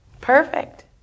Perfect